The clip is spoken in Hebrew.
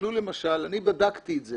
תסתכלו למשל אני בדקתי את זה